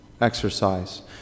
exercise